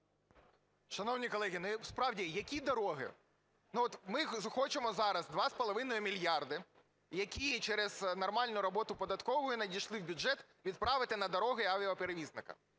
Шановні колеги, ну, справді, які дороги? Ну, от ми хочемо зараз 2,5 мільярда, які через нормальну роботу податкової надійшли в бюджет, відправити на дороги авіаперевізника.